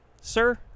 sir